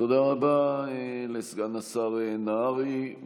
תודה רבה לסגן השר נהרי.